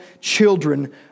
children